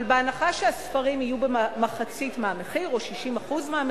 אבל בהנחה שהספרים יהיו במחצית מהמחיר